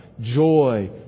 joy